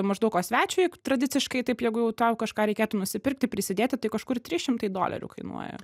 maždaug o svečiui tradiciškai taip jeigu jau tau kažką reikėtų nusipirkti prisidėti tai kažkur trys šimtai dolerių kainuoja